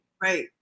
Right